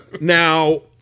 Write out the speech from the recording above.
Now